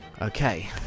okay